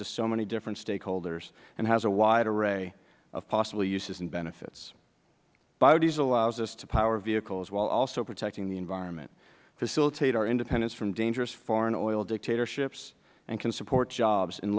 to so many different stakeholders and has a wide array of possible uses and benefits biodiesel allows us to power vehicles while also protecting the environment facilitate our independence from dangerous foreign oil dictatorships and can support jobs in